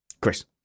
Chris